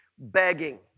Begging